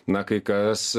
na kai kas